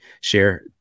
share